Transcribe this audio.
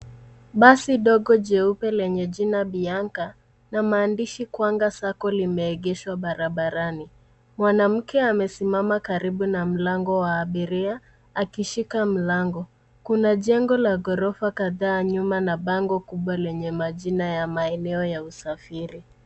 Basi dogo jeupe lenye jina Bianca na maandishi Kuanga Sacco limeegeshwa barabarani. Mwanamke amesimama karibu na mlango wa abiria akishika mlango. Kuna jengo la ghorofa kadhaa nyuma na bango kubwa lenye majina ya maeneo ya usafiri.